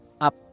up